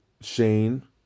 Shane